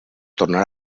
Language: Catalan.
tornar